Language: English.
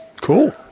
cool